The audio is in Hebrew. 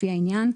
לפי העניין,